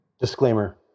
Disclaimer